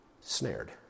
snared